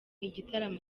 igitaramo